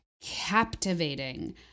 captivating